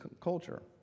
culture